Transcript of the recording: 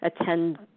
attend